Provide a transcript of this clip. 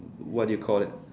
what do you call that